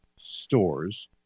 stores